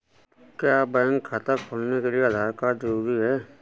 क्या बैंक खाता खोलने के लिए आधार कार्ड जरूरी है?